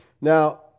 Now